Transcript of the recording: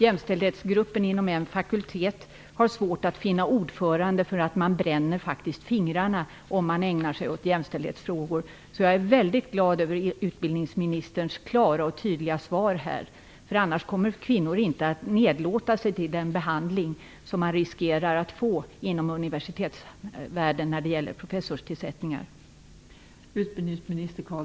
Jämställdhetsgruppen inom en fakultet har svårt att finna ordförande, eftersom man faktiskt bränner fingrarna om man ägnar sig åt jämställdhetsfrågor. Jag är väldigt glad över utbildningsministerns klara och tydliga svar. Annars kommer inte kvinnor att nedlåta sig till att ta emot den behandling som de riskerar att utsättas för inom universitetsvärlden när det gäller professorstillsättningar.